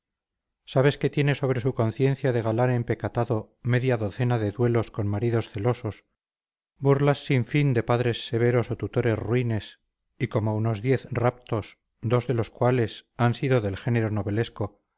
sabes que tiene sobre su conciencia de galán empecatado media docena de duelos con maridos celosos burlas sin fin de padres severos o tutores ruines y como unos diez raptos dos de los cuales han sido del género novelesco